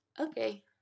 okay